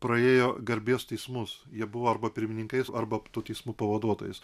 praėjo garbės teismus jie buvo arba pirmininkais arba tų teismų pavaduotojais